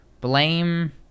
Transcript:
blame